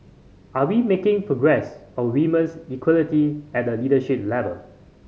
are we making progress on women equality at the leadership level